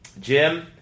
Jim